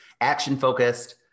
action-focused